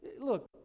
look